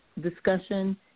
discussion